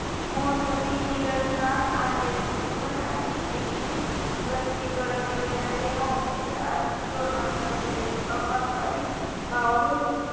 मोहननी निदर्शनास आणले की उत्पन्नाची ऐच्छिक प्रकटीकरण योजना हे भारतीय आर्थिक धोरणांमधील एक अपारंपारिक पाऊल होते